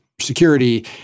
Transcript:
security